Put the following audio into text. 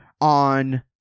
on